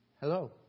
Hello